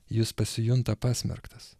jis pasijunta pasmerktas